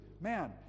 man